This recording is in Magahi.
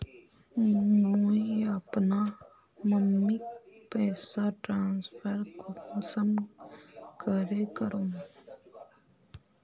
मुई अपना मम्मीक पैसा ट्रांसफर कुंसम करे करूम?